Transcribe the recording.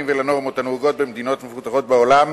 ולנורמות הנהוגות במדינות המפותחות בעולם,